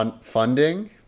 funding